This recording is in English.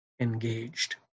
engaged